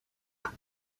کرد